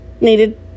needed